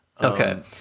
Okay